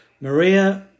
Maria